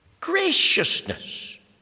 Graciousness